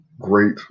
great